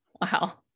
Wow